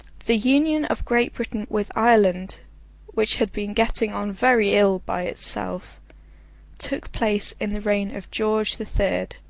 the union of great britain with ireland which had been getting on very ill by itself took place in the reign of george the third,